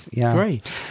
great